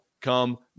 come